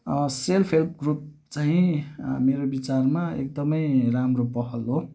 self help group चाहिँ मेरो विचारमा एकदमै राम्रो पहल हो